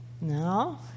No